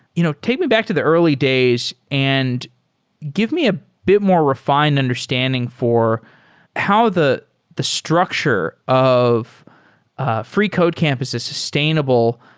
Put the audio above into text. you know take me back to the early days and give me a bit more refined understanding for how the the structure of ah freecodecampus is a sus tainable,